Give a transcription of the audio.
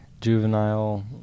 juvenile